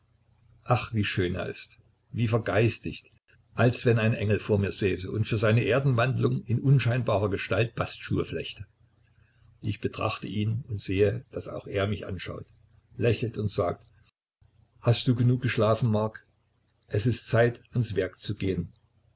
ach wie schön ist er wie vergeistigt als wenn ein engel vor mir säße und für seine erdenwandlung in unscheinbarer gestalt bastschuhe flechte ich betrachte ihn und sehe daß auch er mich anschaut lächelt und sagt hast du genug geschlafen mark es ist zeit ans werk zu gehen